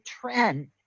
trend